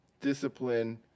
discipline